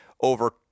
over